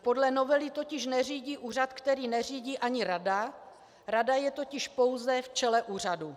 Podle novely totiž neřídí úřad, který neřídí ani rada, rada je totiž pouze v čele úřadu.